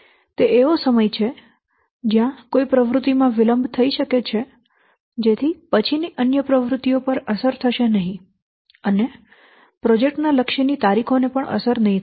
તે એવો સમય છે જ્યા કોઈ પ્રવૃત્તિમાં વિલંબ થઈ શકે છે જેથી પછીની અન્ય પ્રવૃત્તિઓ પર અસર થશે નહીં અને લક્ષ્યની તારીખો ને અસર થશે નહીં